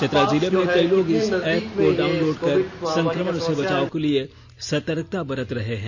चतरा जिले में कई लोग इस एप्प को डाउनलोड कर संकमण से बचाव के लिए सतर्कता बरत रहे हैं